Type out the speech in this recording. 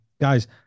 guys